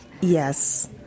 Yes